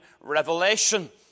revelation